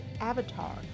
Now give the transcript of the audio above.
avatar